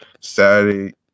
Saturday